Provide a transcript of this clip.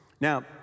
Now